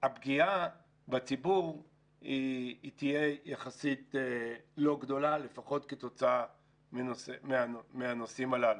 הפגיעה בציבור תהיה יחסית לא גדולה לפחות כתוצאה מהנושאים הללו.